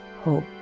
hope